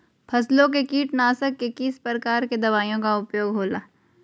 फसलों के कीटनाशक के किस प्रकार के दवाइयों का उपयोग हो ला?